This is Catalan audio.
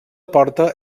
porta